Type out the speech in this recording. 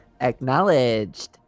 Acknowledged